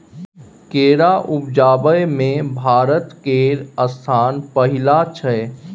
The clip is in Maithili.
केरा उपजाबै मे भारत केर स्थान पहिल छै